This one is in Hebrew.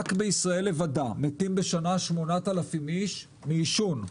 רק בישראל לבדה מתים בשנה 8,000 איש מעישון.